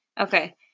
Okay